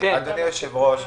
אדוני היושב-ראש,